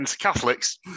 Catholics